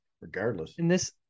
regardless